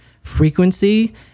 frequency